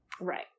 Right